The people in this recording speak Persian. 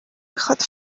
میخاد